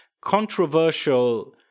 controversial